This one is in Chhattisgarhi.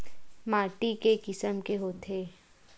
माटी के किसम के होथे?